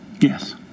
Yes